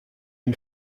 une